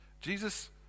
Jesus